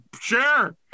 sure